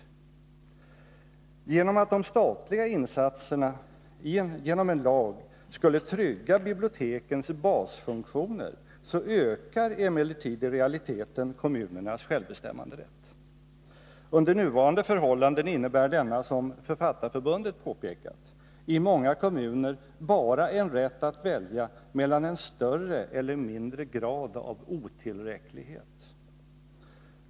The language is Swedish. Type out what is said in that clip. På grund av att de statliga insatserna genom en lag skulle trygga bibliotekens basfunktioner ökar emellertid i realiteten kommunernas självbestämmanderätt. Under nuvarande förhållanden innebär detta, som Författarförbundet påpekat, i många kommuner bara en rätt att välja mellan en större eller mindre grad av otillräcklighet.